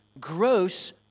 gross